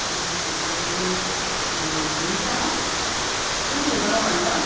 twelve pieces हजुर हुन्छ कुन फ्लेभरमा भन्नु भयो